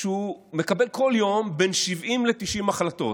שהוא מקבל כל יום בין 70 ל-90 החלטות,